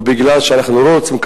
ומכיוון שאנחנו לא רוצים,